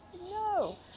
No